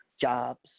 jobs